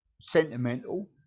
sentimental